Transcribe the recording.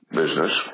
business